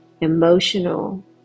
emotional